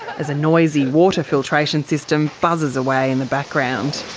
as a noisy water filtration system buzzes away in the background.